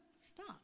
stop